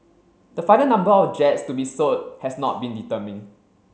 the final number of jets to be sold has not been determined